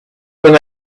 when